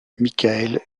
michael